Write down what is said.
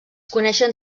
coneixen